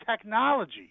technology